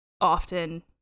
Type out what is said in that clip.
often